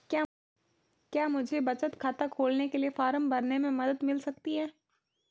क्या मुझे बचत खाता खोलने के लिए फॉर्म भरने में मदद मिल सकती है?